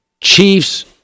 Chiefs